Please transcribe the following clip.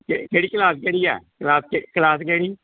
ਕੇ ਕਿਹੜੀ ਕਲਾਸ ਕਿਹੜੀ ਆ ਕਲਾਸ ਕੇ ਕਲਾਸ ਕਿਹੜੀ